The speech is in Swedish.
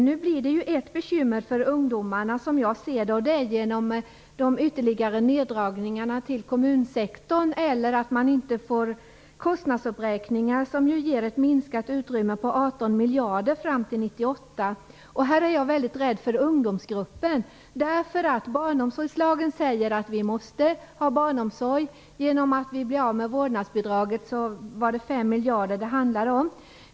Nu blir det ytterligare bekymmer för ungdomarna, som jag ser det, genom de ytterligare neddragningarna på kommunsektorn och genom att man inte får kostnadsuppräkningar, vilket ger ett minskat utrymme på 18 miljarder fram till 1998. Här är jag väldigt rädd för att ungdomsgruppen glöms bort. Barnomsorgslagen säger att vi måste ha barnomsorg. Vi går miste om 5 miljarder genom att vi blir av med vårdnadsbidraget.